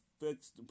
fixed